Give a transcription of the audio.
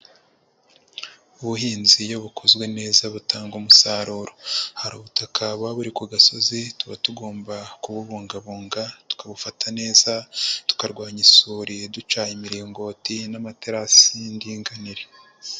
Ubuhinzi iyo bukozwe neza butanga umusaruro. Hari ubutaka buba buri ku gasozi tuba tugomba kububungabunga tukabufata neza, tukarwanya isuri duca imiringoti n'amaterasi y'indinganire.